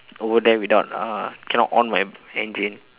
over there without uh cannot on my engine